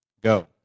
Go